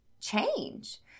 change